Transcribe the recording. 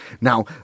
Now